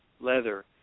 leather